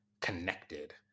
connected